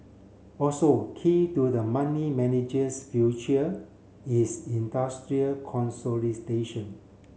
also key to the money manager's future is industry